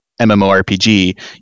MMORPG